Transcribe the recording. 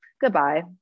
goodbye